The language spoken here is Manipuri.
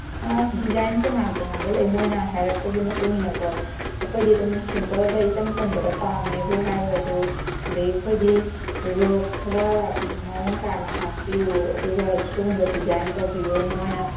ꯗꯤꯖꯥꯏꯟ ꯇꯣꯡꯉꯥꯟ ꯇꯣꯡꯉꯥꯟꯕ ꯂꯩ ꯃꯣꯏꯅ ꯍꯥꯏꯔꯛꯄꯒꯤ ꯃꯇꯨꯡ ꯏꯟꯅꯀꯣ ꯑꯩꯈꯣꯏꯗꯤ ꯑꯗꯨꯝ ꯁꯤꯝꯄꯜꯗ ꯏꯆꯝ ꯆꯝꯕꯗ ꯄꯥꯝꯃꯦꯕꯨ ꯍꯥꯏꯔꯒꯁꯨ ꯑꯗꯩ ꯑꯩꯈꯣꯏꯗꯤ ꯔꯣꯁ ꯈꯔ ꯃꯑꯣꯡ ꯇꯥꯅ ꯍꯥꯞꯄꯤꯌꯨ ꯑꯗꯨꯒ ꯁꯨꯒꯨꯝꯕ ꯗꯤꯖꯥꯏꯟ ꯇꯧꯕꯤꯌꯨꯅ ꯃꯣꯏꯅ